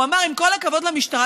הוא אמר: עם כל הכבוד למשטרה,